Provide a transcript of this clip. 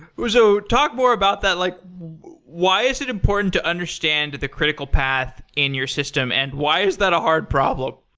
so talk more about that. like why is it important to understand the critical path in your system and why is that a hard problem?